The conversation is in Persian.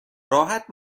راحت